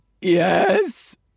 Yes